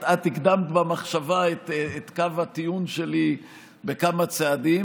את הקדמת במחשבה את קו הטיעון שלי בכמה צעדים.